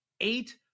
eight